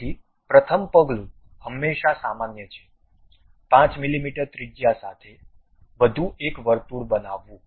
તેથી પ્રથમ પગલું હંમેશાં સામાન્ય છે 5 મીમી ત્રિજ્યા સાથે વધુ એક વર્તુળ બનાવવું